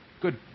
good